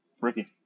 Ricky